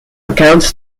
accounts